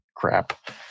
crap